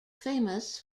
famous